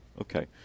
Okay